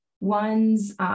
ones